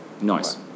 Nice